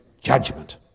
judgment